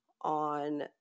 on